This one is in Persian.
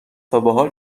تابحال